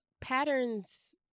patterns